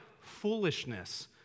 foolishness